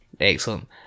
excellent